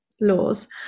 laws